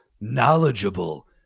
knowledgeable